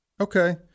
okay